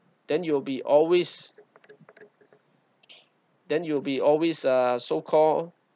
then you will be always then you will be always uh so called